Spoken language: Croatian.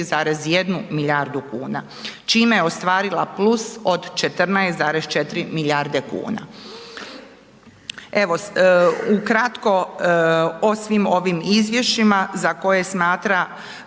milijardu kuna, čime je ostvarila plus od 14,4 milijarde kuna.